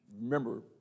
Remember